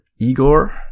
Igor